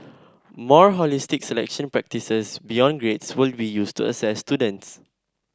more holistic selection practices beyond grades will be used to assess students